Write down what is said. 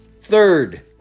Third